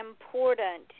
Important